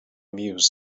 mused